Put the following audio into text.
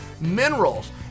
minerals